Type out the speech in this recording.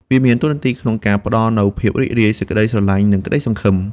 វាមានតួនាទីក្នុងការផ្តល់នូវភាពរីករាយ សេចក្តីស្រឡាញ់និងក្ដីសង្ឃឹម។